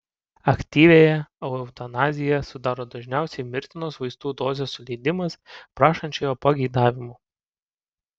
aktyviąją eutanaziją sudaro dažniausiai mirtinos vaistų dozės suleidimas prašančiojo pageidavimu